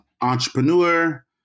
entrepreneur